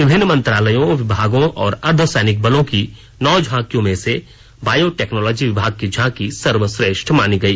विभिन्न मंत्रालयों विभागों और अर्धसैनिक बलों की नौ झांकियों में से बायो टेक्नोलॉजी विभाग की झांकी सर्वश्रेष्ठ मानी गई